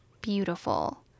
beautiful